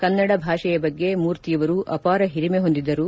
ಕನ್ನಡ ಭಾಷೆಯ ಬಗ್ಗೆ ಮೂರ್ತಿಯವರು ಅಪಾರ ಹಿರಿಮೆ ಹೊಂದಿದ್ದರು